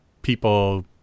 people